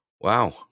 wow